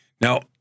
Now